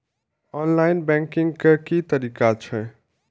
Online banking के की तरीका छै?